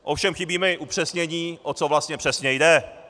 Ovšem chybí mi zpřesnění, o co vlastně přesně jde.